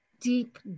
deep